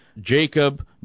Jacob